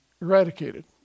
eradicated